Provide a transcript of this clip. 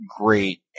great